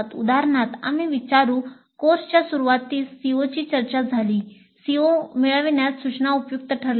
उदाहरणार्थ आम्ही विचारू कोर्सच्या सुरूवातीस COची चर्चा झाली का CO मिळविण्यात सूचना उपयुक्त ठरल्या का